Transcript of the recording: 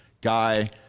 guy